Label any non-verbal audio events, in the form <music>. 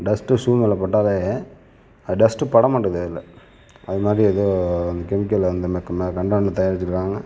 dust shoe மேலே போட்டாவே அது டஸ்ட்டு படமாட்டேங்குது அதில் அதுமாதிரி ஏதோ கெமிக்கலை அந்த மே <unintelligible> தயாரிச்சிருக்கிறாங்க